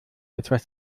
etwas